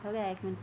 हो गया एक मिंट